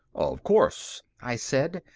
of course, i said,